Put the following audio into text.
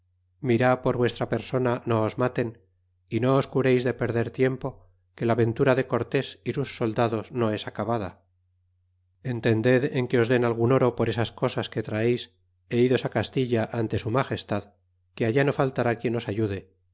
mirá por vuestra persona no os maten y no os cureis de perder tiempo que la ventura de cortés é sus soldados no es acabada entended en que os den algun oro por esas cosas que traeis e idos a castilla ante su magestad que allá no faltará quien os ayude